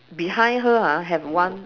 behind her ah have one